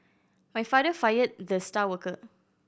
my father fired the star worker